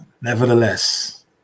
Nevertheless